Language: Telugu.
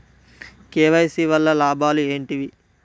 కే.వై.సీ వల్ల లాభాలు ఏంటివి?